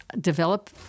develop